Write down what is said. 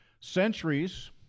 centuries